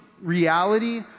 reality